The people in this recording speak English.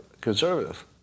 Conservative